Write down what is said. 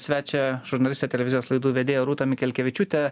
svečią žurnalistę televizijos laidų vedėją rūtą mikelkevičiūtę